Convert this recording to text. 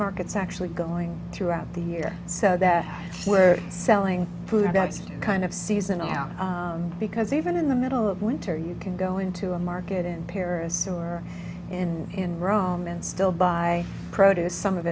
markets actually going throughout the year so that we're selling food that's kind of season out because even in the middle of winter you can go into a market in paris or and in rome in still buy produce some of